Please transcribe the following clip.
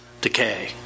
decay